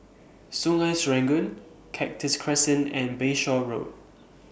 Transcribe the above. Sungei Serangoon Cactus Crescent and Bayshore Road